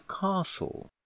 castle